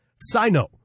Sino